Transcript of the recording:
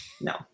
no